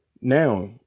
Now